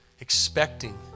expecting